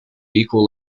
equal